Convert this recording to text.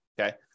okay